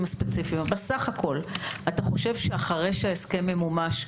הספציפיים - אבל בסך הכול האם אתה חושב שאחרי שההסכם ימומש,